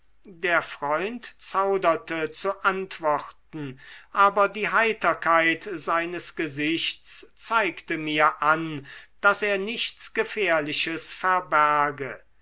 der freund zauderte zu antworten aber die heiterkeit seines gesichts zeigte mir an daß er nichts gefährliches verberge